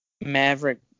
Maverick